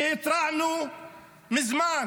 התרענו מזמן